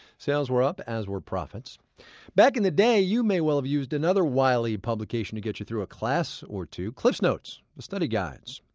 sales were up, as were profits back in the day, you may well have used another wiley publication to get you through a class or two. cliffsnotes, the study guides.